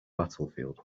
battlefield